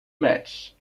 match